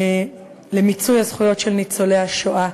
למיצוי הזכויות של ניצולי השואה.